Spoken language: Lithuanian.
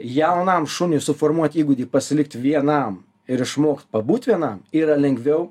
jaunam šuniui suformuot įgūdį pasilikt vienam ir išmokt pabūti vienam yra lengviau